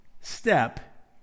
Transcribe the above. step